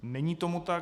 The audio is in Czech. Není tomu tak...